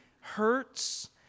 hurts